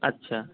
আচ্ছা